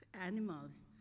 animals